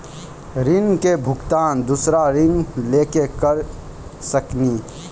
ऋण के भुगतान दूसरा ऋण लेके करऽ सकनी?